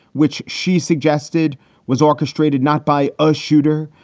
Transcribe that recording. which she suggested was orchestrated not by a shooter,